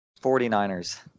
49ers